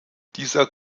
dieser